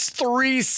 three